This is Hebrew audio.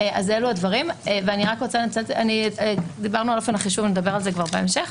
אלו הדברים, ונדבר על אופן החישוב בהמשך.